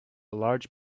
large